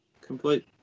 complete